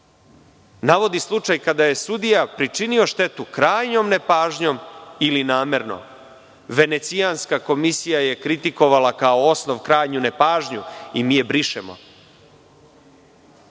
navodi slučaj kada je sudija pričinio štetu krajnjom nepažnjom ili namerno. Venecijanska komisija je kritikovala kao osnov krajnju nepažnju i mi je brišemo.